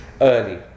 Early